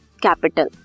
capital